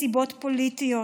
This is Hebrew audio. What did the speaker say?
מסיבות פוליטיות.